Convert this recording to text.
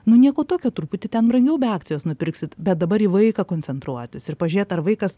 nu nieko tokio truputį ten brangiau be akcijos nupirksit bet dabar į vaiką koncentruotis ir pažiūrėt ar vaikas